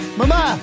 mama